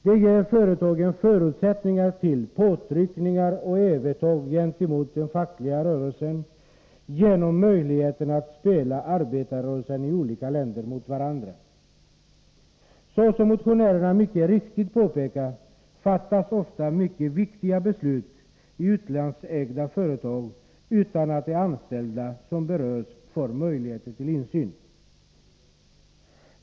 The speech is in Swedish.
Det ger företagen förutsättningar för påtryckningar och ett övertag gentemot den fackliga rörelsen genom möjligheterna att spela ut arbetarrörelser i olika länder mot varandra. Såsom motionärerna mycket riktigt påpekar fattas ofta mycket viktiga beslut i utlandsägda företag utan att de anställda som berörs får möjligheter till insyn.